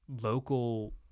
local –